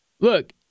Look